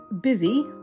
busy